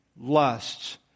lusts